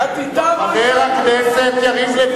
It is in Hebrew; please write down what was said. את אתם או אתנו?